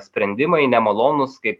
sprendimai nemalonūs kaip